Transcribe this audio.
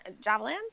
Javelin